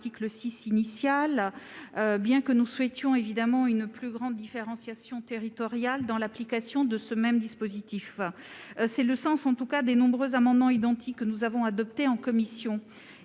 C'est le sens des nombreux amendements identiques que nous avons adoptés en commission.